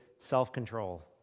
self-control